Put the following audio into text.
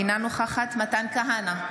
אינה נוכחת מתן כהנא,